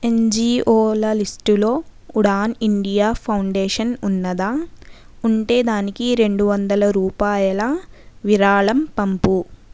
ఎన్జిఓల లిస్టులో Udaan India Foundation ఉన్నదా ఉంటే దానికి రెండు వందల రూపాయల విరాళం పంపు